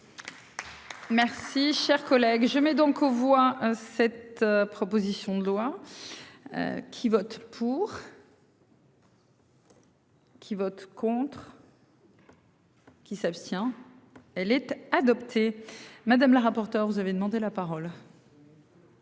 Merci, chers collègues, je mets donc aux voix. Cette proposition de loi. Qui vote pour. Qui vote contre. Qui s'abstient. Elle était adoptée. Madame la rapporteur. Vous avez demandé la parole.